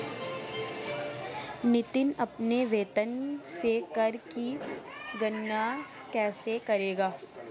नितिन अपने वेतन से कर की गणना कैसे करेगा?